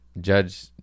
Judge